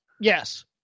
yes